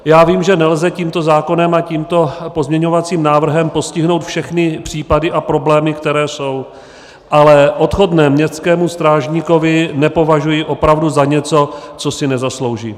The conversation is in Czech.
Já vím, že nelze tímto zákonem a tímto pozměňovacím návrhem postihnout všechny případy a problémy, které jsou, ale odchodné městskému strážníkovi nepovažuji opravdu za něco, co si nezaslouží.